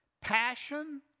passion